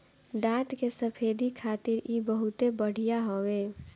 दांत के सफेदी खातिर इ बहुते बढ़िया हवे